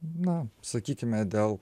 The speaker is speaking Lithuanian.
na sakykime dėl